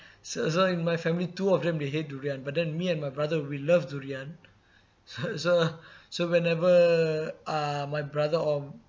so so in my family two of them they hate durian but then me and my brother we love durian so so whenever uh my brother or